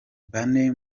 bane